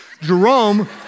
Jerome